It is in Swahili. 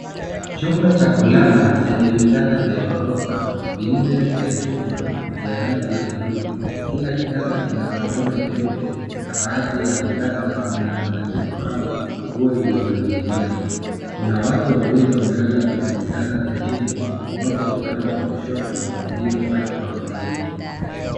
Chumba cha kulala chenye vitanda vya ghorofa vinne vya chuma vya rangi ya bluu. Kila kitanda kina godoro jeupe na baadhi ya vitanda vina matandiko au nguo zilizoning'inia. Kuna watu wawili wamelala kwenye vitanda vya chini. Mmoja upande wa kushoto na mwingine upande wa kulia.